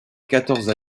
quatorze